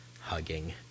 hugging